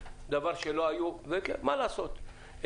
מה לעשות,